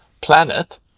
planet